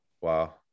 Wow